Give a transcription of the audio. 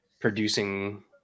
producing